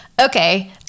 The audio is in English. okay